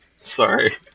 Sorry